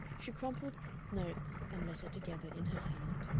she crumpled notes and letter together in her hand,